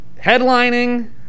headlining